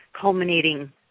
culminating